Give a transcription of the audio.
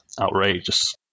outrageous